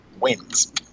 wins